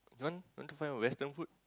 you want want to find western food